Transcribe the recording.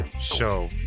show